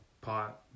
pot